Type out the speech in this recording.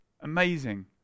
Amazing